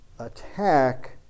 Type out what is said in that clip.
attack